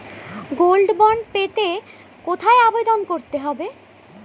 Gold bond পেতে কোথায় আবেদন করতে হবে?